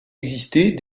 exister